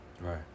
right